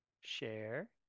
share